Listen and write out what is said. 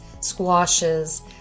squashes